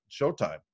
Showtime